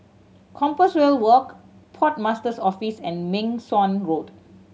Compassvale Walk Port Master's Office and Meng Suan Road